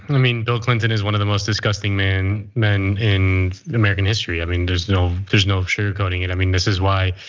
and i mean bill clinton is one of the most disgusting man man in american history. i mean, there's no there's no sugarcoating it. i mean, this is why